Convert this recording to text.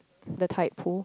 the tide pool